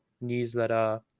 newsletter